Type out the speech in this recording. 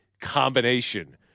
combination